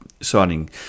Signing